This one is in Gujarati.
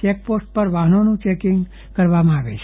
ચેકપોસ્ટ પર વાહનોનું ચેકીંગ કરવામાં આવે છે